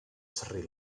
sri